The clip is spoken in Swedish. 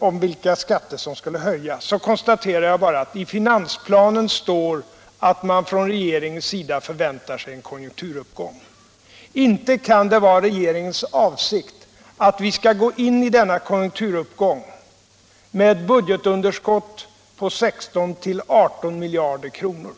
om vilka skatter som skulle höjas konstaterar jag bara att i finansplanen står att man från regeringens sida förväntar sig en konjunkturuppgång. Inte kan det vara regeringens avsikt att vi skall gå in i denna konjunkturuppgång med ett budgetunderskott på 16-18 miljarder kronor.